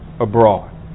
abroad